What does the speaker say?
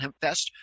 HempFest